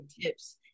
tips